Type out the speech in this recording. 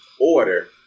order